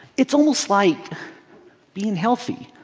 it's almost like being healthy.